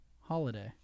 holiday